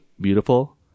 beautiful